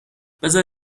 بزار